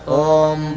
om